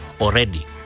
already